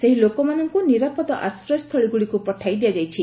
ସେହିଲୋକମାନଙ୍କୁ ନିରାପଦ ଆଶ୍ରୟସ୍ଥଳୀଗୁଡ଼ିକୁ ପଠାଇ ଦିଆଯାଇଛି